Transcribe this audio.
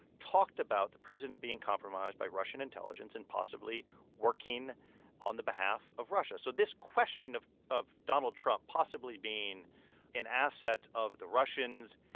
talked about the president being compromised by russian intelligence and possibly working on the behalf of russia. so this question of of donald trump possibly being an asset of the russians,